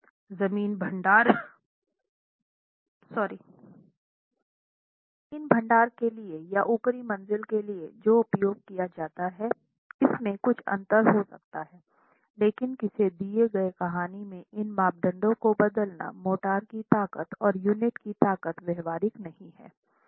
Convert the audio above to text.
जमीन भंडार के लिए या ऊपरी मंज़िल के लिए जो उपयोग किया जाता है इसमें कुछ अंतर हो सकता है लेकिन किसी दिए गए कहानी में इन मापदंडों को बदलना मोर्टार की ताकत और यूनिट की ताकत व्यावहारिक नहीं है